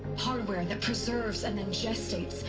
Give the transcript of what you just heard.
hardware that preserves, and then gestates.